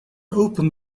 open